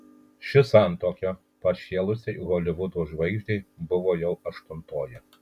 ši santuoka pašėlusiai holivudo žvaigždei buvo jau aštuntoji